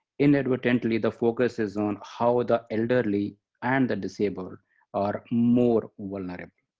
inadvertently the focus is on how the elderly and the disabled are are more vulnerable.